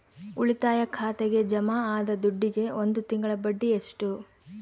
ಉಳಿತಾಯ ಖಾತೆಗೆ ಜಮಾ ಆದ ದುಡ್ಡಿಗೆ ಒಂದು ತಿಂಗಳ ಬಡ್ಡಿ ಎಷ್ಟು?